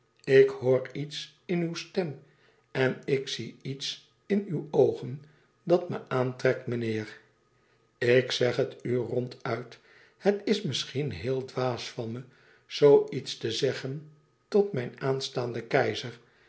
ik hoor iets in uw stem en ik zie iets in uw oogen dat me aantrekt meneer ik zeg het u ronduit het is misschien heel dwaas van me zoo iets te zeggen tot mijn aanstaanden keizer